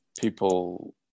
people